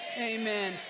amen